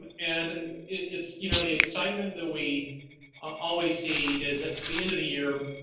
um and it's you know the excitement that we always see is at the end of the year,